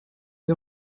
sie